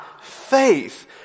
faith